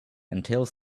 entails